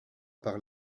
par